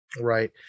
right